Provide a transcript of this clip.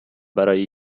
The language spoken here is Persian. برای